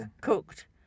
Cooked